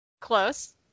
Close